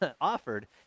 offered